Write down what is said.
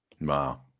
Wow